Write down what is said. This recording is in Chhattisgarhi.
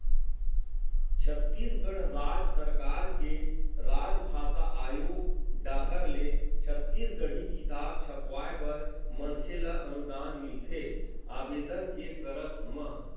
छत्तीसगढ़ राज सरकार के राजभासा आयोग डाहर ले छत्तीसगढ़ी किताब छपवाय बर मनखे ल अनुदान मिलथे आबेदन के करब म